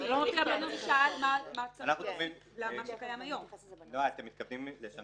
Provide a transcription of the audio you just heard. אנחנו סבורים שזה צריך להיכתב.